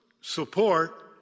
support